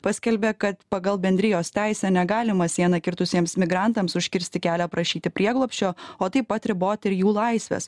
paskelbė kad pagal bendrijos teisę negalima sieną kirtusiems migrantams užkirsti kelią prašyti prieglobsčio o taip pat ribot ir jų laisvės